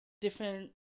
different